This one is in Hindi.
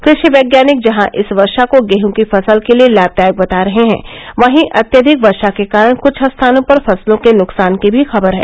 कृष्टिा वैज्ञानिक जहां इस वर्षार्म को गेहूं की फसल के लिए लाभदायक बता रहे हैं वहीं अत्यधिक वर्षा के कारण कुछ स्थानों पर फसलों के नुकसान की भी खबर है